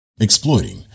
exploiting